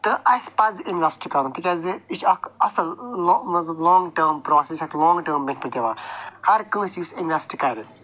تہٕ اَسہِ پَزِ اِنوٮ۪سٹ کرُن تِکیٛازِ یہِ چھِ اکھ اصٕل مطلب لانٛگ ٹٔرٕم پرٛاسٮ۪س یتھ لانٛگ ٹٔرٕم دِوان ہر کٲنٛسہِ یُس اِنوٮ۪سٹ کَرِ